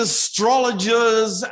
astrologers